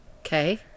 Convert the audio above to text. Okay